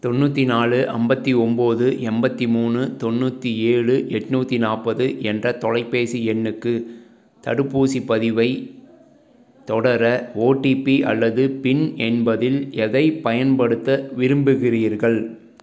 தொண்ணூற்றி நாலு ஐம்பத்தி ஒம்பது எண்பத்தி மூணு தொண்ணூற்றி ஏழு எட்நூற்றி நாற்பது என்ற தொலைபேசி எண்ணுக்கு தடுப்பூசிப் பதிவைத் தொடர ஓடிபி அல்லது பின் என்பதில் எதைப் பயன்படுத்த விரும்புகிறீர்கள்